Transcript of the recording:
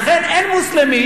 לכן אין מוסלמי,